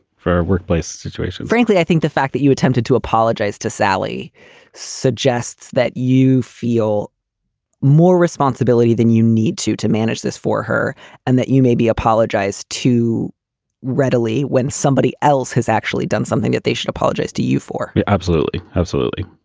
for a workplace situation, frankly, i think the fact that you attempted to apologize to sally suggests that you feel more responsibility than you need to to manage this for her and that you maybe apologize too readily when somebody else has actually done something that they should apologize to you for absolutely. absolutely.